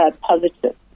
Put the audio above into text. positive